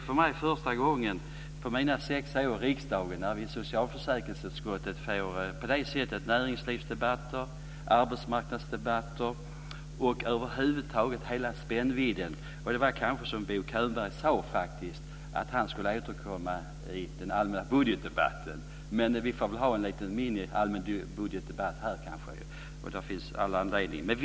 För första gången under mina sex år i riksdagen har det i socialförsäkringsutskottet varit näringslivs och arbetsmarknadsdebatter. Det har varit hela spännvidden. Det kan vara som Bo Könberg sade, nämligen att han skulle återkomma i den allmänna budgetdebatten. Vi kan ha en liten allmän minibudgetdebatt. Det finns all anledning till det.